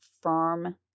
firm